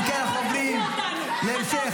--- אתה עושה איפה ואיפה.